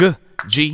-g